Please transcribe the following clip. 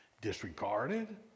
disregarded